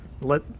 let